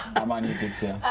i'm on youtube.